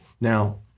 Now